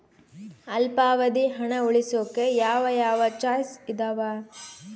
ಅಲ್ಪಾವಧಿ ಹಣ ಉಳಿಸೋಕೆ ಯಾವ ಯಾವ ಚಾಯ್ಸ್ ಇದಾವ?